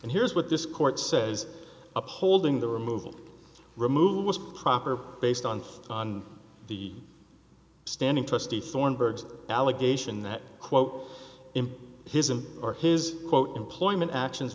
and here's what this court says upholding the removal removal was proper based on the standing trustee thornburg allegation that quote him his him or his quote employment actions